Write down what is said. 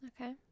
okay